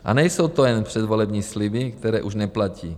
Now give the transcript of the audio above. A nejsou to jen předvolební sliby, které už neplatí.